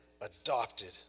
adopted